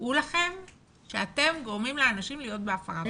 דעו לכם שאתם גורמים לאנשים להיות בעבירה.